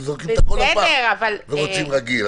היינו זורקים את הכול לפח ורוצים רגיל.